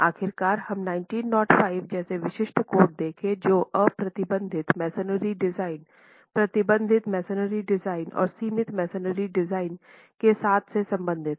आखिरकार हम 1905 जैसे विशिष्ट कोड देखें जो अप्रतिबंधित मैसनरी डिजाइन प्रबलित मैसनरी डिजाइन और सीमित मैसनरी डिजाइन के साथ से संबंधित हैं